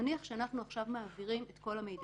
ניתן להניח שאם כבר אדם הורשע בעבירת מין,